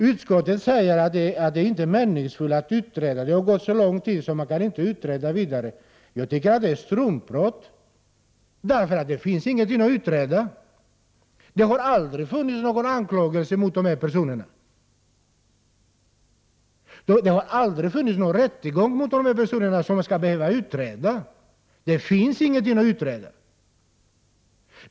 Utskottet säger alltså att det har gått så lång tid att det inte är meningsfullt att utreda saken vidare. Jag tycker att det är struntprat. Det finns ingenting att utreda. Det har aldrig funnits någon anklagelse mot dessa personer. Det har aldrig genomförts någon rättegång mot dessa personer, vilken skulle behöva utredas.